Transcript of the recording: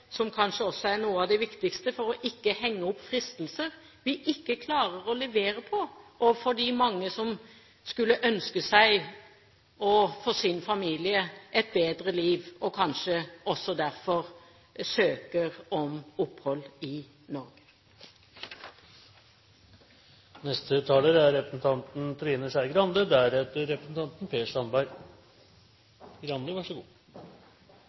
som kanskje også er noe av det viktigste for ikke å henge opp fristelser vi ikke klarer å levere på overfor de mange som skulle ønske for seg og sin familie et bedre liv, og kanskje også derfor søker om opphold i